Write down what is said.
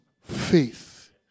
Faith